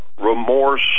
remorse